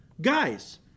guys